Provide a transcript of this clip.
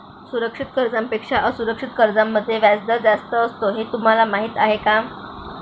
सुरक्षित कर्जांपेक्षा असुरक्षित कर्जांमध्ये व्याजदर जास्त असतो हे तुम्हाला माहीत आहे का?